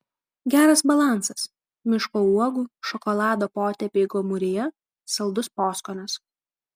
geras balansas miško uogų šokolado potėpiai gomuryje saldus poskonis